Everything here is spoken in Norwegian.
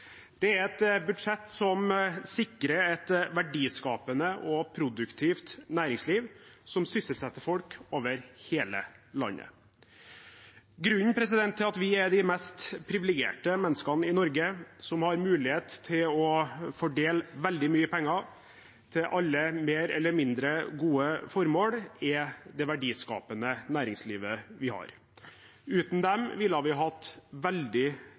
Det er et budsjett som sikrer et verdiskapende og produktivt næringsliv, som sysselsetter folk over hele landet. Grunnen til at vi er de mest privilegerte menneskene i Norge, som har mulighet til å fordele veldig mye penger til alle mer eller mindre gode formål, er det verdiskapende næringslivet vi har. Uten dem ville vi hatt veldig